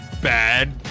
Bad